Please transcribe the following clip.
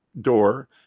door